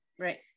Right